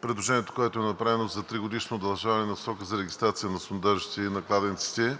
предложението, което е направено за тригодишно удължаване на срока за регистрация на сондажите и кладенците,